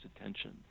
attention